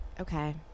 Okay